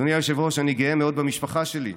אדוני היושב-ראש, אני גאה מאוד במשפחה שלי.